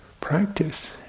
practice